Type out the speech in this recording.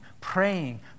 praying